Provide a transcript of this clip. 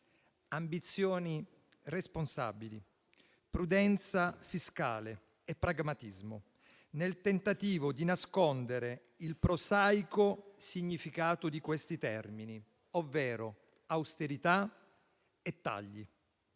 ambizioni responsabili, prudenza fiscale e pragmatismo, nel tentativo di nascondere il prosaico significato di questi termini, ovvero: austerità e tagli.